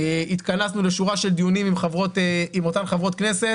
התכנסנו לשורה של דיונים עם אותן חברות כנסת